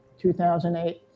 2008